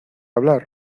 hablar